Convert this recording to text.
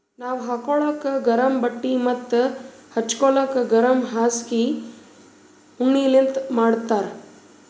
ನಾವ್ ಹಾಕೋಳಕ್ ಗರಮ್ ಬಟ್ಟಿ ಮತ್ತ್ ಹಚ್ಗೋಲಕ್ ಗರಮ್ ಹಾಸ್ಗಿ ಉಣ್ಣಿಲಿಂತ್ ಮಾಡಿರ್ತರ್